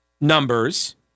numbers